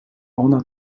ona